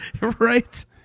Right